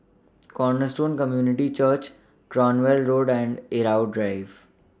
Cornerstone Community Church Cranwell Road and Irau Drive